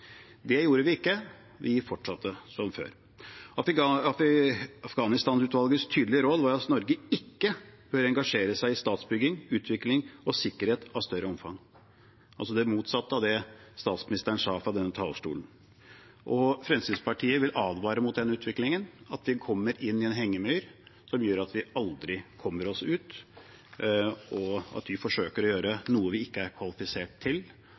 Det gjorde vi ikke. Vi fortsatte som før. Et av Afghanistan-utvalgets tydelige råd var at Norge ikke burde engasjere seg i statsbygging, utvikling og sikkerhet av større omfang – altså det motsatte av det statsministeren sa på denne talerstolen. Fremskrittspartiet vil advare mot den utviklingen at vi kommer inn i en hengemyr som gjør at vi aldri kommer oss ut, at vi forsøker å gjøre noe vi ikke er kvalifisert til,